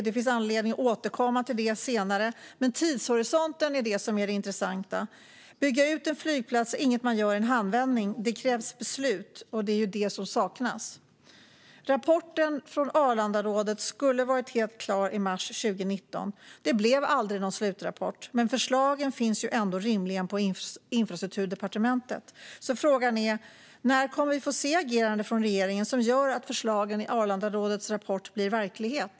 Det finns anledning att återkomma till det senare, men tidshorisonten är det som är det intressanta. Bygga ut en flygplats är inget man gör i en handvändning; det krävs beslut, och det är ju det som saknas. Rapporten från Arlandarådet skulle ha varit helt klar i mars 2019. Det blev aldrig någon slutrapport, men förslagen finns rimligen ändå på Infrastrukturdepartementet. Frågan är därför: När kommer vi att få se ett agerande från regeringen som gör att förslagen i Arlandarådets rapport blir verklighet?